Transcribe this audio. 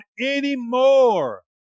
anymore